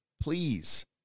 Please